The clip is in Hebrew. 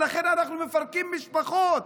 לכן אנחנו מפרקים משפחות.